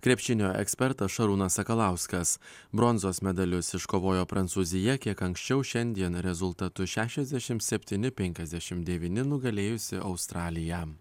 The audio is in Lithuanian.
krepšinio ekspertas šarūnas sakalauskas bronzos medalius iškovojo prancūzija kiek anksčiau šiandien rezultatu šešiasdešimt septyni penkiasdešimt devyni nugalėjusi australiją